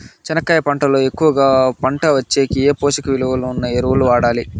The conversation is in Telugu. చెనక్కాయ పంట లో ఎక్కువగా పంట వచ్చేకి ఏ పోషక విలువలు ఉన్న ఎరువులు వాడాలి?